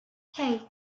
hej